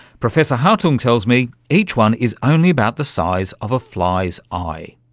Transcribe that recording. professor hartung tells me each one is only about the size of a fly's eye.